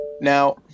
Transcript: Now